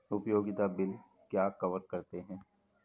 उपयोगिता बिल क्या कवर करते हैं?